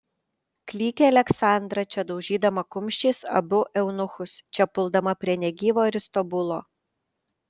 klykė aleksandra čia daužydama kumščiais abu eunuchus čia puldama prie negyvo aristobulo